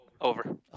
Over